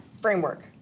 Framework